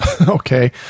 okay